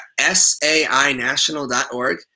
sainational.org